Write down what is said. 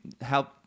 help